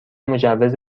مجوز